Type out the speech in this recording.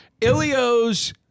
Ilios